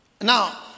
Now